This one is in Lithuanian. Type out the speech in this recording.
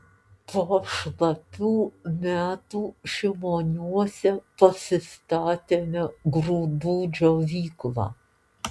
po šlapių metų šimoniuose pasistatėme grūdų džiovyklą